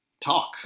talk